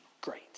great